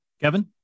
Kevin